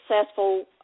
successful